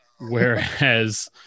Whereas